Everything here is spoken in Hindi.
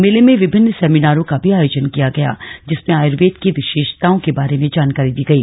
मेले में विभिन्न सेमिनारों का भी ऑयोजन किंया गया जिसमें आयुर्वेद की वि ीशताओं के बारे में जानकारी दी गई